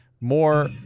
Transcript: more